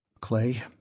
Clay